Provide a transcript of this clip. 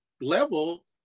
level